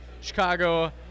Chicago